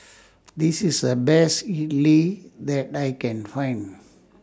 This IS The Best Idili that I Can Find